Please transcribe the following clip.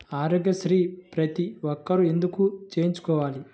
ఆరోగ్యశ్రీ ప్రతి ఒక్కరూ ఎందుకు చేయించుకోవాలి?